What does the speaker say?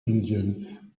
indian